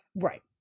right